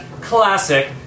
classic